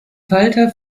falter